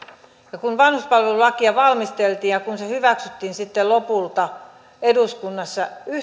ja kun vanhuspalvelulakia valmisteltiin ja kun se hyväksyttiin sitten lopulta eduskunnassa